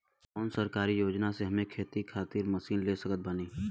कौन सरकारी योजना से हम खेती खातिर मशीन ले सकत बानी?